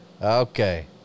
Okay